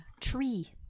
tree